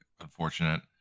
unfortunate